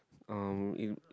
uh in